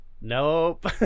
Nope